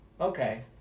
Okay